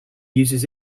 uses